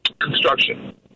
construction